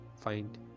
Find